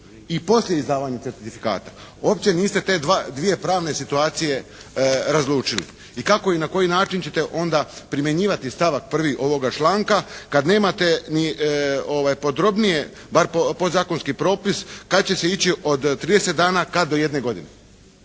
i poslije izdavanje certifikata. Uopće niste te dvije pravne situacije razlučili. I kako i na koji način ćete onda primjenjivati stavak 1. ovoga članka kad nemate ni podrobnije bar podzakonski propis kad će se ići od 30 dana, kad do jedne godine.